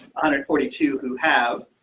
hundred forty two who have.